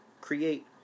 create